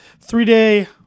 three-day